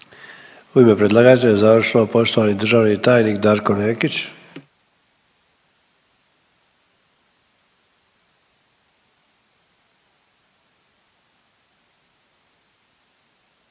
U ime predlagatelja završno poštovani državni tajnik Darko Nekić.